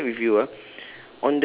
wait let me check with you ah